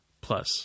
plus